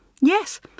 Yes